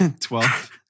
Twelve